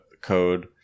code